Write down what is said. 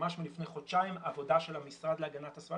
ממש מלפני חודשיים עבודה של המשרד להגנת הסביבה